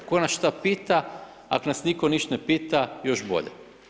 Tko nas šta pita, ako nas nitko ništa ne pita, još bolje.